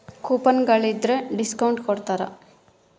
coupon ಗಳಿದ್ರ discount ಕೊಡ್ತಾರ